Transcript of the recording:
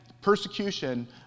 Persecution